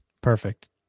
Perfect